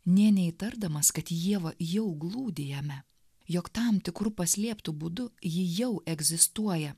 nė neįtardamas kad ieva jau glūdi jame jog tam tikru paslėptu būdu ji jau egzistuoja